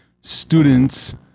students